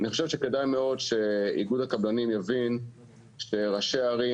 שכדאי מאוד שאיגוד הקבלנים יבין שראשי ערים